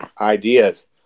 ideas